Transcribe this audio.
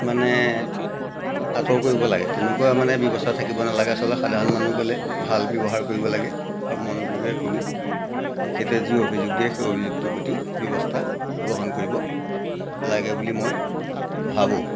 মানে আঁতৰ কৰিব লাগে তেনেকুৱা মানে ব্যৱস্থা থাকিব নালাগে আচলতে সাধাৰণ মানুহ গ'লে ভাল ব্যৱহাৰ কৰিব লাগে আৰু মনোযোগে শুনি তেখেতে যি অভিযোগ দিয়ে সেই অভিযোগটো প্ৰতি ব্যৱস্থা গ্ৰহণ কৰিব লাগে বুলি মই ভাবো